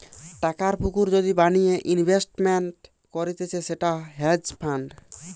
টাকার পুকুর যদি বানিয়ে ইনভেস্টমেন্ট করতিছে সেটা হেজ ফান্ড